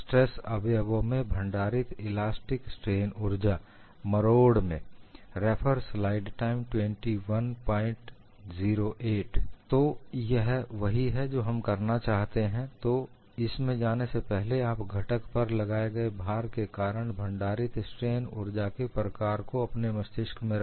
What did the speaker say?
stress अवयवों में भंडारित इलास्टिक स्ट्रेन ऊर्जा मरोड में Elastic strain energy stored in terms of stress components - in torsion तो यह वही है जो हम करना चाहते हैं तो इसमें जाने से पहले आप घटक पर लगाए गए भार के कारण भंडारित स्ट्रेन ऊर्जा के प्रकार को अपने मस्तिष्क में रखें